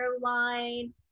line